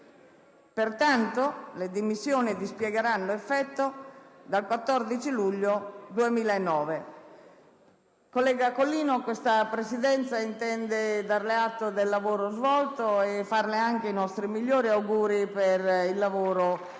Pertanto, le dimissioni dispiegheranno effetto a partire dal 14 luglio 2009. Collega Collino, questa Presidenza intende darle atto del lavoro svolto e farle anche i migliori auguri per il lavoro che